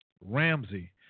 Ramsey